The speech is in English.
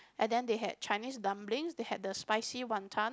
and then they had Chinese dumplings they had the spicy wanton